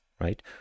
right